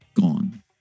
gone